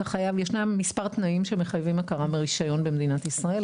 ישנם מספר תנאים שמחייבים הכרה מרישיון במדינת ישראל,